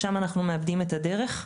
שם אנחנו מאבדים את הדרך.